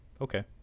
Okay